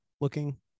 looking